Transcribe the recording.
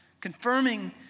Confirming